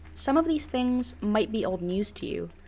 some of these things might be old news to you.